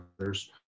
others